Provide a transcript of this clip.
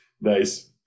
nice